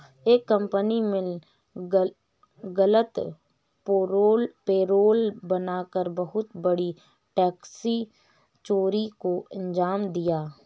एक कंपनी ने गलत पेरोल बना कर बहुत बड़ी टैक्स चोरी को अंजाम दिया